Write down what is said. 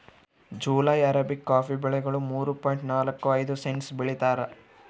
July arabica coffee ಬೆಲೆಗಳು ಮೂರು point ನಾಲ್ಕು ಐದು ಸೆಂಟ್ಸ್ ಬೆಳೀತಾರ